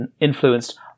influenced